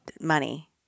money